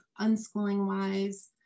unschooling-wise